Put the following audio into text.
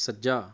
ਸੱਜਾ